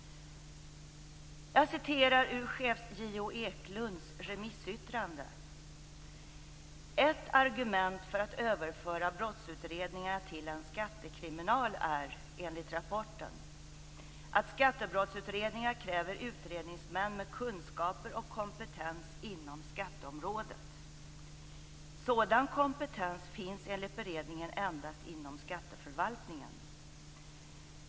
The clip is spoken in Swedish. Jag citerar ur chefs-JO Eklundhs remissyttrande: "Ett argument för att överföra brottsutredningarna till en skattekriminal är, enligt rapporten, att skattebrottsutredningar kräver utredningsmän med kunskaper och kompetens inom skatteområdet. Sådan kompetens finns enligt beredningen endast inom skatteförvaltningen.